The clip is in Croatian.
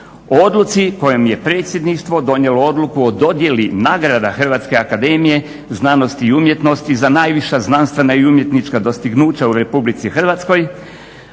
odluci kojem je predsjedništvo donijelo odluku o dodjeli nagrada Hrvatske akademije znanosti i umjetnosti za najviša znanstvena i umjetnička dostignuća u RH o sudskim